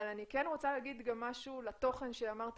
אבל אני כן רוצה להגיד משהו לתוכן שאמרת